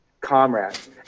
comrades